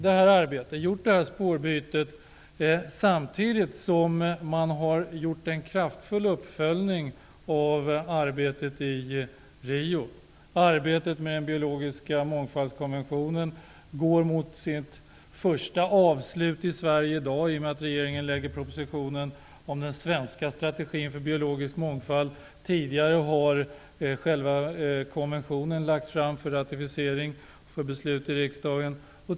Det här spårbytet har man gjort samtidigt som man kraftfullt har följt upp arbetet i Rio. Arbetet med den biologiska mångfaldskonventionen går mot sitt första avslut i Sverige i dag i och med att regeringen lägger fram propositionen om den svenska strategin för biologisk mångfald. Tidigare har själva konventionen lagts fram för ratificering och för beslut i riksdagen.